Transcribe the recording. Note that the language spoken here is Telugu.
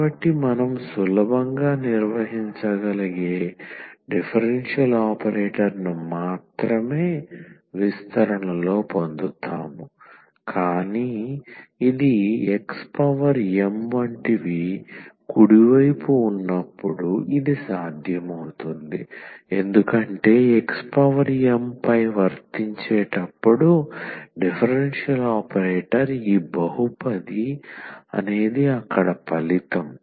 కాబట్టి మనం సులభంగా నిర్వహించగలిగే డిఫరెన్షియల్ ఆపరేటర్ను మాత్రమే విస్తరణలో పొందుతాము కాని ఇది x పవర్ m వంటివి కుడి వైపు ఉన్నప్పుడు ఇది సాధ్యమవుతుంది ఎందుకంటే x పవర్ m పై వర్తించేటప్పుడు డిఫరెన్షియల్ ఆపరేటర్ ఈ బహుపది అక్కడ ఫలితం